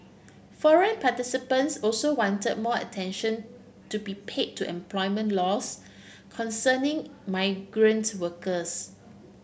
forum participants also wanted more attention to be pay to employment laws concerning migrant workers